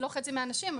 זה לא חצי מהאנשים.